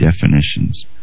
definitions